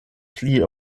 pli